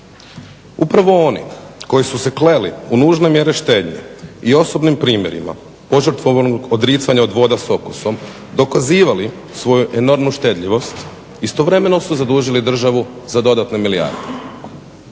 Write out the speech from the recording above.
Upravo oni koji su se kleli u nužne mjere štednje i osobnim primjerima požrtvovnog odricanja od voda s okusom dokazivali svoju enormnu štedljivost istovremeno su zadužili državu za dodatne milijarde.